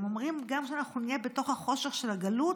הם אומרים: גם כשאנחנו נהיה בתוך החושך של הגלות,